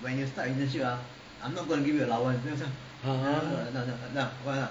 !huh!